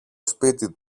σπίτι